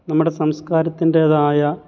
നമ്മുടെ സംസ്കാരത്തിൻ്റേതായ